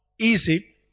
easy